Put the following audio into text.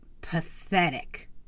pathetic